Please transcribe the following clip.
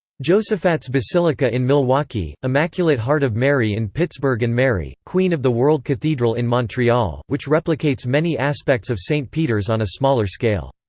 josaphat's basilica in milwaukee, immaculate heart of mary in pittsburgh and mary, queen of the world cathedral in montreal, which replicates many aspects of st peter's on a smaller scale.